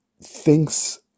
thinks